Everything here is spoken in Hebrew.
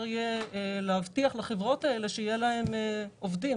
שאפשר יהיה להבטיח לחברות האלה שיהיו להן עובדים